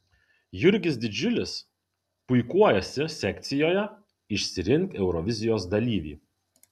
jurgis didžiulis puikuojasi sekcijoje išsirink eurovizijos dalyvį